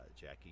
Jackie